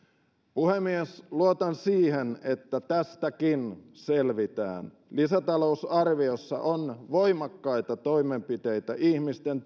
puhemies luotan siihen että tästäkin selvitään lisätalousarviossa on voimakkaita toimenpiteitä ihmisten